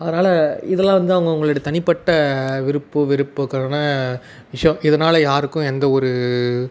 அதனால் இதெல்லாம் வந்து அவங்கவுங்களுடைய தனிப்பட்ட விருப்பு வெறுப்புக்கான விஷயம் இதனால் யாருக்கும் எந்த ஒரு